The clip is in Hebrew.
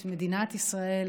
את מדינת ישראל